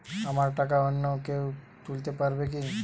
আমার টাকা অন্য কেউ তুলতে পারবে কি?